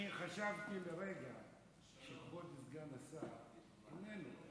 חשבתי לרגע שכבוד סגן השר איננו,